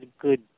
good